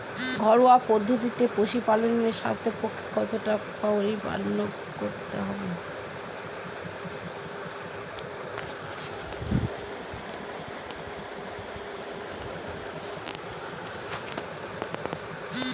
ঘরোয়া পদ্ধতিতে পশুপালন স্বাস্থ্যের পক্ষে কতটা পরিপূরক?